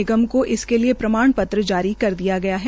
निगम को इसके लिये प्रमाण पत्र जारी कर दिया गया है